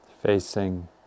facing